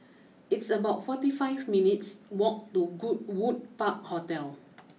it's about forty five minutes walk to Goodwood Park Hotel